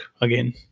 Again